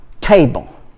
table